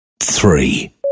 Three